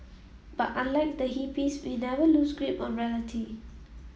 but unlike the hippies we never lose grip on reality